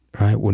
right